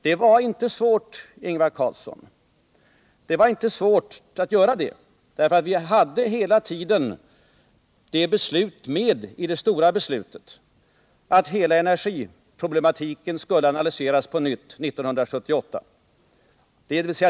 Det var inte svårt att göra det, Ingvar Carlsson, eftersom vi hela tiden hade klart för oss att hela energipolitiken skulle analyseras på nytt 1978.